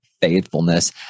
faithfulness